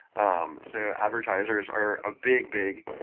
um so advertisers are a big, big